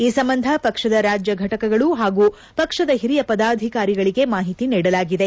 ಈ ಸಂಬಂಧ ಪಕ್ಷದ ರಾಜ್ಯ ಫಟಕಗಳು ಹಾಗೂ ಪಕ್ಷದ ಹಿರಿಯ ಪದಾಧಿಕಾರಿಗಳಗೆ ಮಾಹಿತಿ ನೀಡಲಾಗಿದೆ